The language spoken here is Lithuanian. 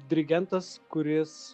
dirigentas kuris